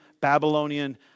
Babylonian